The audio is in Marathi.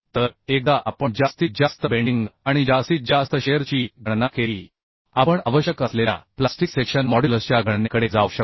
तर एकदा आपण जास्तीत जास्त बेंडिंग आणि जास्तीत जास्त शिअर ची गणना केली की आपण आवश्यक असलेल्या प्लास्टिक सेक्शन मॉड्युलसच्या गणनेकडे जाऊ शकतो